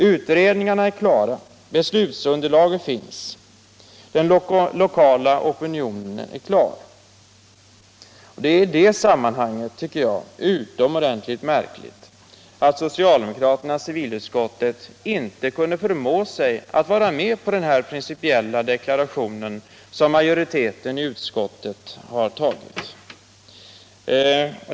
Utredningarna är klara, beslutsunderlag finns, den lokala opinionen är klar. Det är i det sammanhanget, tycker jag, utomordentligt märkligt att socialdemokraterna i civilutskottet inte kunde förmå sig att vara med på den principiella deklaration som majoriteten i utskottet har gjort.